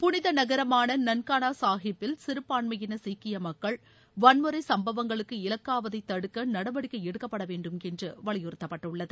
புனித நகரமான நன்கானா சாஹிப்பில் சிறுபான்மையின சீக்கிய மக்கள் வன்முறை சம்பவங்களுக்கு இலக்காவதை தடுக்க நடவடிக்கை எடுக்கப்பட வேண்டும் என்று வலியுறுத்தப்பட்டுள்ளது